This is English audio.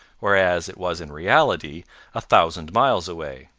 whereas it was in reality a thousand miles away.